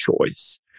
choice